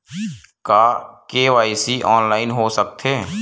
का KYC online हो सकथे?